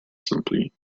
simply